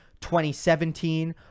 2017